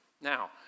Now